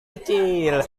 kecil